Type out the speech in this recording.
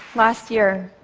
last year,